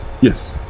yes